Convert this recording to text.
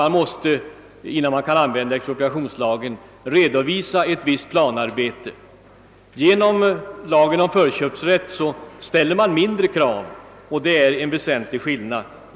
Man måste innan man kan tillämpa expropriationslagen redovisa ett visst planarbete. I lagen om förköpsrätt ställs mindre krav, och detta innebär en väsentlig skillnad.